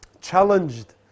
challenged